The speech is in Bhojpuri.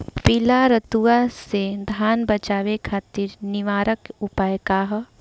पीला रतुआ से धान बचावे खातिर निवारक उपाय का ह?